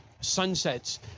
sunsets